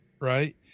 right